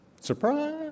Surprise